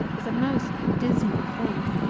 is a most dismal thing.